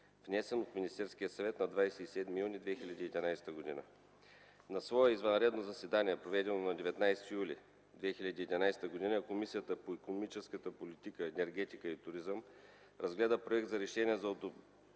внесен от Министерския съвет на 27 юни 2011 г. На свое извънредно заседание, проведено на 19 юли 2011 г., Комисията по икономическата политика, енергетика и туризъм разгледа Проект за решение за одобряване